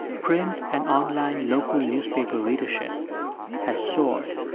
print and online local newspaper readership has soared.